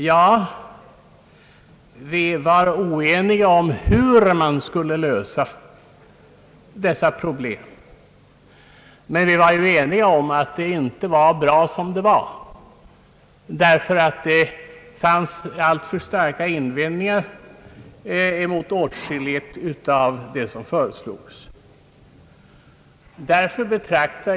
Ja, vi var oeniga om hur man skulle lösa dessa problem, men vi var ju eniga om att det inte var bra som det var därför att det restes alltför starka invändningar mot åtskilligt i förslaget.